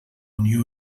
unió